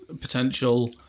potential